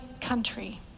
country